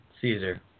Caesar